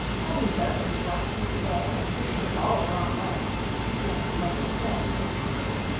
having carefully brushed his hair and whiskers all the wrong way to make them look as shaggy as possible,